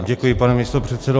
Děkuji, pane místopředsedo.